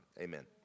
Amen